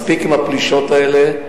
מספיק עם הפלישות האלה.